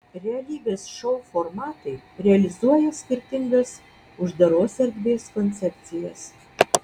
realybės šou formatai realizuoja skirtingas uždaros erdvės koncepcijas